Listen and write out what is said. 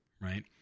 right